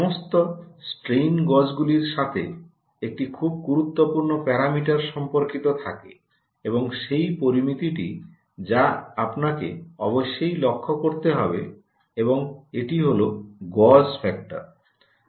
সমস্ত স্ট্রেইন গজগুলির সাথে একটি খুব গুরুত্বপূর্ণ প্যারামিটার সম্পর্কিত থাকে এবং সেই পরামিতিটি যা আপনাকে অবশ্যই লক্ষ্য করতে হবে এবং এটি হল গজ ফ্যাক্টর